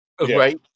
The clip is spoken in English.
Right